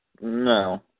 No